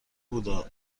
بودا